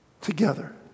together